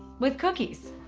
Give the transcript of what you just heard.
with cookies.